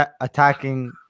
attacking